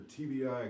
TBI